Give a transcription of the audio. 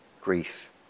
grief